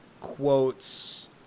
quotes